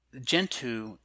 Gentoo